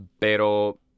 pero